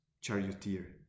charioteer